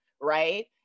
right